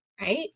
right